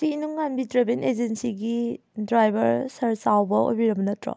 ꯁꯤ ꯏꯅꯨꯡꯉꯥꯟꯕꯤ ꯇ꯭ꯔꯦꯕꯦꯜ ꯑꯦꯖꯦꯟꯁꯤꯒꯤ ꯗ꯭ꯔꯥꯏꯕꯔ ꯁꯥꯔ ꯆꯥꯎꯕ ꯑꯣꯏꯕꯤꯔꯕ ꯅꯠꯇ꯭ꯔꯣ